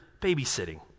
babysitting